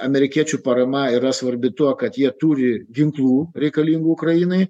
amerikiečių parama yra svarbi tuo kad jie turi ginklų reikalingų ukrainai